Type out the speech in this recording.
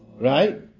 right